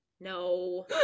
no